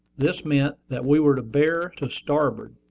this meant that we were to bear to starboard.